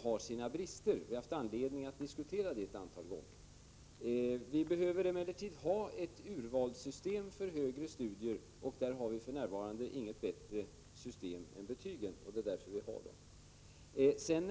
har sina brister. Vi har också haft anledning att diskutera den saken ett antal gånger. Vi behöver emellertid ha ett urvalssystem för högre studier, och därvidlag har vi för närvarande inget bättre system än betygen. Och det är därför som vi har kvar dem.